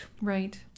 right